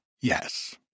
Yes